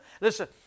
Listen